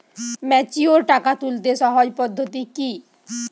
Mature টাকা তুলতে সহজ পদ্ধতি কি?